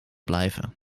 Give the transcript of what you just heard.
blijven